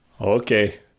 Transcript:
Okay